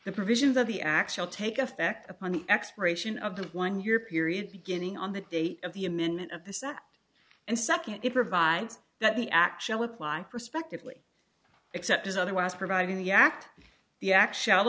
the provisions of the actual take effect upon the expiration of the one year period beginning on the date of the amendment of the sec and second it provides that the actual apply prospectively except as otherwise providing the act the actual